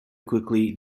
quickly